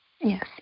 yes